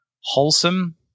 wholesome